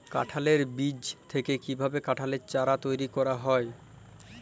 কাঁঠালের বীজ থেকে কীভাবে কাঁঠালের চারা তৈরি করা হয়?